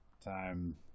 Time